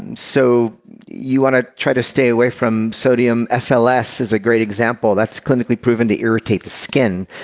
and so you want to try to stay away from sodium, ah so sls is a great example. that's clinically proven to irritate the skin.